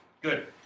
good